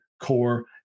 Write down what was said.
core